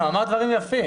הוא אמר דברים יפים.